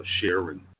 sharing